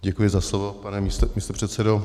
Děkuji za slovo, pane místopředsedo.